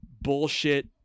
bullshit